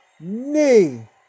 knee